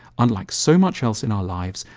unlike so much else in our lives,